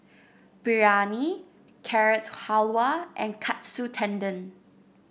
Biryani Carrot Halwa and Katsu Tendon